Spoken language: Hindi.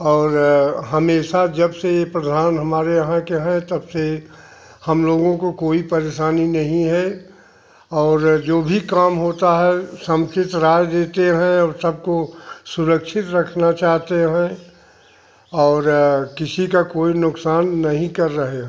और हमेशा जब से ये प्रधान हमारे यहाँ के हैं तब से हम लोगों को कोई परेशानी नहीं है और जो भी काम होता है समुचित राय देते हैं सबको सुरक्षित रखना चाहते हैं और किसी का कोई नुकसान नहीं कर रहे हैं